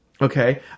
Okay